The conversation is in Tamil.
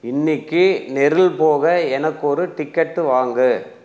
இன்னைக்கு நெருல் போக எனக்கொரு டிக்கெட்டு வாங்கு